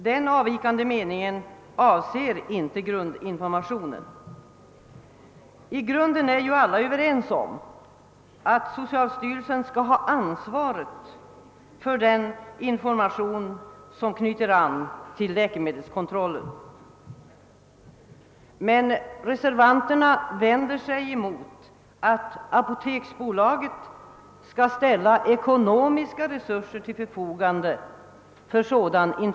Den avvikande meningen avser inte grundinformationen. Alla är ju överens om att socialstyrelsen skall ha ansvaret för den information som knyter an till läkemedelskontrollen. Men reservanterna vänder sig mot att apoteksbolaget skall ställa ekonomiska resurser till förfogande för sådan in.